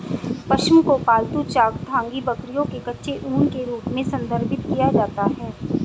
पश्म को पालतू चांगथांगी बकरियों के कच्चे ऊन के रूप में संदर्भित किया जाता है